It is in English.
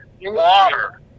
water